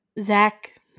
Zach